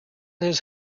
his